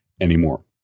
anymore